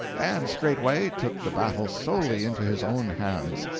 and straightway took the battle solely into his own hands,